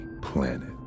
planet